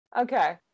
Okay